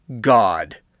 God